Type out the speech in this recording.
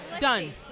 Done